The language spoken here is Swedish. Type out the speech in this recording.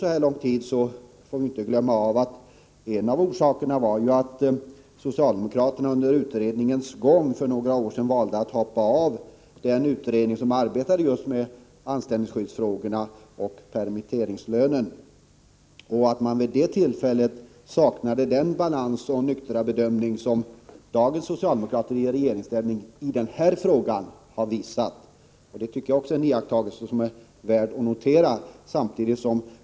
Vi får i sammanhanget inte glömma att en av orsakerna till att det här tog så lång tid var att socialdemokraterna för några år sedan valde att hoppa av den utredning som arbetade med just anställningsskyddsfrågorna och permitteringslönen. Vid det tillfället saknade man den balans och nyktra bedömning som dagens socialdemokrater i regeringsställning har visat i just denna fråga. Detta är också en iakttagelse som är värd att notera.